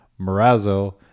Morazzo